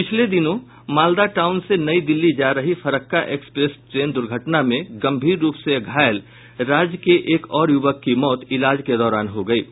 पिछले दिनों मालदा टाऊन से नई दिल्ली जा रही फरक्का एक्सप्रेस ट्रेन दुर्घटना में गंभीर रूप से घायल राज्य के एक और युवक की मौत इलाज के दौरान हो गयी है